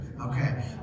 okay